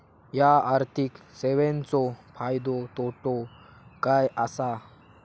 हया आर्थिक सेवेंचो फायदो तोटो काय आसा?